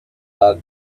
dog